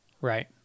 Right